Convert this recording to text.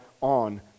on